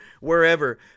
wherever